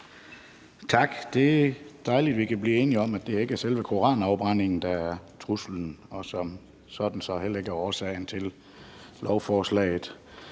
Tak. Det er dejligt, at vi kan blive enige om, at det ikke er selve koranafbrændingen, der er truslen og som sådan så heller ikke er årsagen til lovforslaget.